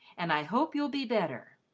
and i hope you'll be better.